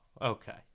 okay